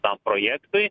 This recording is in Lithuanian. tam projektui